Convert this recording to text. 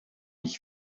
ich